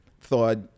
thought